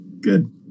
Good